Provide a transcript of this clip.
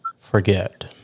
forget